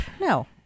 no